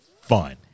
fun